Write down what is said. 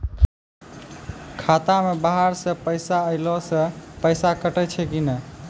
खाता मे बाहर से पैसा ऐलो से पैसा कटै छै कि नै?